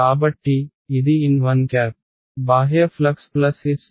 కాబట్టి ఇది n1 బాహ్య ఫ్లక్స్ ప్లస్ S